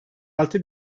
altı